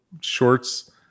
shorts